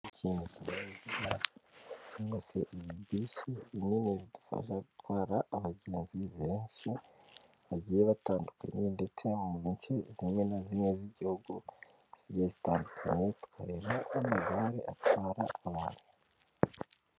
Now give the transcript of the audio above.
Iki ni ikinyabiziga cyangwa se ibibisi binini bidufasha gutwara abagenzi benshi, bagiye batandukanye ndetse mu nshe zimwe na zimwe z'igihugu zigiye zitandukanye, zitwarira mu gare atwara abantu.